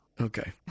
Okay